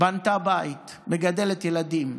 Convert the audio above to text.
בנתה בית, מגדלת ילדים,